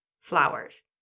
flowers